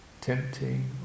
tempting